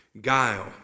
Guile